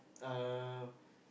uh